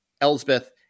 Elsbeth